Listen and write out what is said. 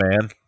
man